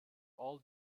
all